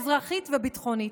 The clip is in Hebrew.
אזרחית וביטחונית,